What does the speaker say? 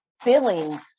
feelings